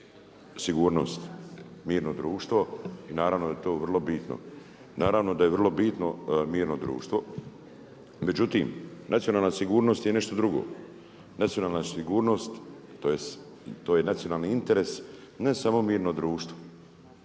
sigurnost, mirno društvo i naravno da je to vrlo bitno. Naravno da je vrlo bitno mirno društvo. Međutim, nacionalna sigurnost je nešto drugo, nacionalna sigurnost tj. to je nacionalni interes ne samo mirno društvo.